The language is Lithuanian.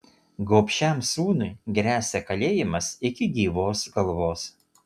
gobšiam sūnui gresia kalėjimas iki gyvos galvos